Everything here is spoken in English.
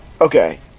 Okay